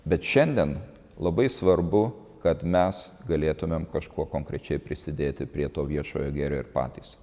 bet šiandien labai svarbu kad mes galėtumėm kažkuo konkrečiai prisidėti prie to viešojo gėrio ir patys